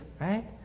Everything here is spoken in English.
right